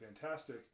fantastic